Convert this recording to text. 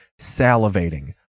salivating